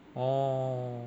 orh